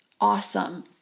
awesome